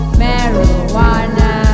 marijuana